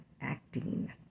acting